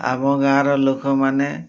ଆମ ଗାଁର ଲୋକମାନେ